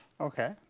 okay